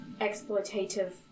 exploitative